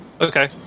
Okay